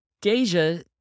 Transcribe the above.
Deja